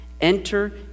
Enter